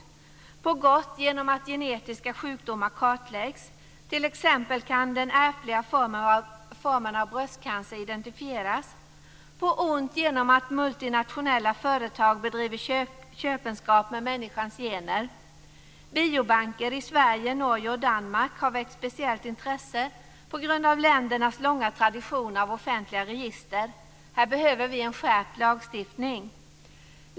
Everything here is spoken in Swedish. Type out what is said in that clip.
Det är på gott genom att genetiska sjukdomar kartläggs. T.ex. kan den ärftliga formen av bröstcancer identifieras. Det är på ont genom att multinationella företag bedriver köpenskap med människans gener. Biobanker i Sverige, Norge och Danmark har väckt speciellt intresse på grund av ländernas långa tradition av offentliga register. Här behöver vi en skärpt lagstiftning.